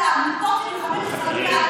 כמה היושב-ראש שלך,